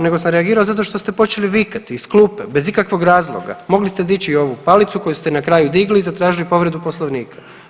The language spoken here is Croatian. Nego sam reagirao zato što ste počeli vikati iz klupe, bez ikakvog razloga, mogli ste dići i ovu palicu koju ste na kraju digli i zatražili povredu Poslovnika.